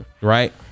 right